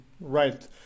Right